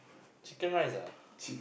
chicken rice ah